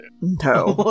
No